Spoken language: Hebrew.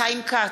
חיים כץ,